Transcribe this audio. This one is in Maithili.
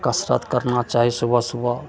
कसरत करना चाही सुबह सुबह